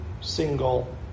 single